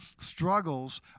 Struggles